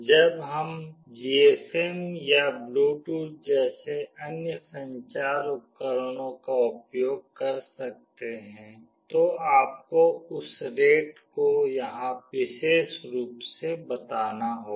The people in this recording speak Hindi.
जब हम जीएसएम या ब्लूटूथ जैसे अन्य संचार उपकरणों का उपयोग कर सकते हैं तो आपको उस रेट को यहां विशेष रूप से बताना होगा